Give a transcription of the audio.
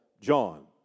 John